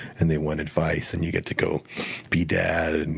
and they want advice, and you get to go be dad, and